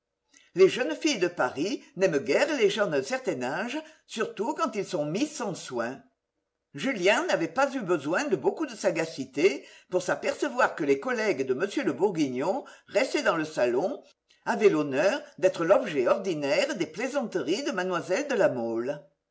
les jeunes filles de paris n'aiment guère les gens d'un certain âge surtout quand ils sont mis sans soin julien n'avait pas eu besoin de beaucoup de sagacité pour s'apercevoir que les collègues de m le bourguignon restés dans le salon avaient l'honneur d'être l'objet ordinaire des plaisanteries de mlle de la mole